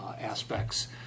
aspects